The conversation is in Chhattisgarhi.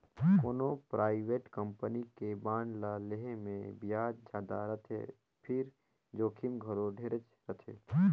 कोनो परइवेट कंपनी के बांड ल लेहे मे बियाज जादा रथे फिर जोखिम घलो ढेरेच रथे